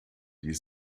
die